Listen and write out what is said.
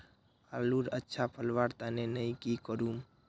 आलूर अच्छा फलवार तने नई की करूम?